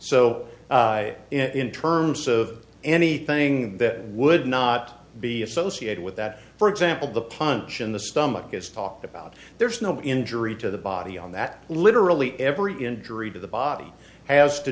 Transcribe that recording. so in terms of anything that would not be associated with that for example the punch in the stomach is talked about there's no injury to the body on that literally every injury to the body has to